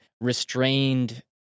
restrained